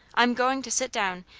i'm going to sit down,